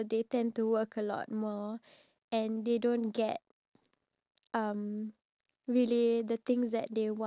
due to technology everything is changing and the fact that with technology around it actually increases